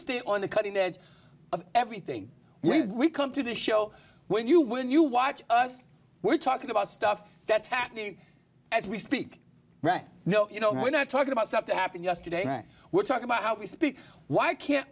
stay on the cutting edge of everything we've come to the show when you when you watch us we're talking about stuff that's happening as we speak right no you know we're not talking about stuff that happened yesterday we're talking about how we speak why can't